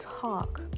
talk